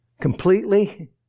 completely